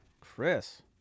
Chris